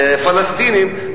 הפלסטינים,